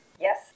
Yes